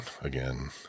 again